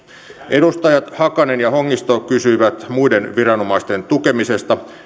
edustajat hakanen ja hongisto kysyivät muiden viranomaisten tukemisesta